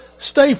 stay